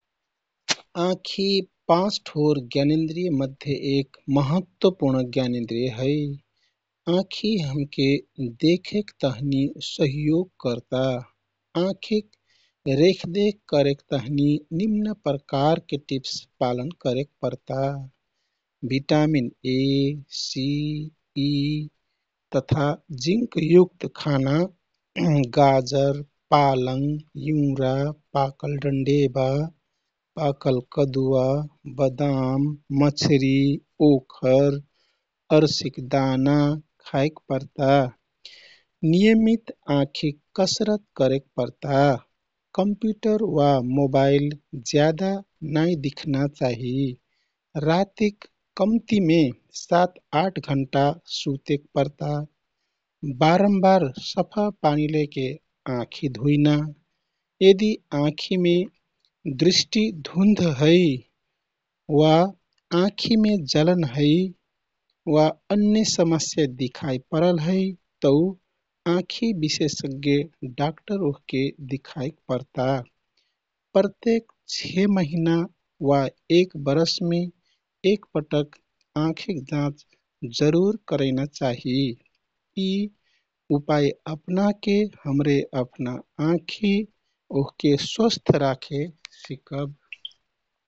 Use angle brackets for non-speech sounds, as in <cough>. आँखि पाँच ठोर ज्ञानेन्द्रिय मध्ये एक महत्वपूर्ण ज्ञानेन्द्रिय है। आँखि हमके देखेक तहिन सहयोग करता। आँखिक रेखदेख करेक तहिन निम्न प्रकारके टिप्स पालन करेक परता। भिटामिन ए, सि, इ तथा जिंकयुक्त खाना <noise> गााजर, पालङ, इँउरा, पाकल डन्डेबा, पाकल कदुवा, बदाम, मछरी, ओंखर, अरसिक दाना खाइक परता। कम्प्युटर वा मोबाइल ज्यादा नाइ दिख्ना चाहि। रातिक कम्तिमे सात, आठ घण्टा सुतेक परता। बारम्बार सफा पानी लैके आँखि धुइना। यदि आँखिमे दृष्टि धुन्ध है वा आँखिमे जलन है वा अन्य समस्या दिखाइ परल है तौ आँखि विशेषज्ञ डाकटर ओहके दिखाइक परता। प्रत्येक छे महिना वा एक बरसमे एक पटक आँखिक जाँच जरूर करैना चाहि। यी उपाइ अपनाके हमरे अपना आँखि ओहके स्वस्थ राखे सिकब।